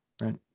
right